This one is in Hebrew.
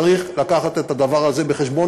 צריך להביא את זה בחשבון,